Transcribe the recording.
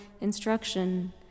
instruction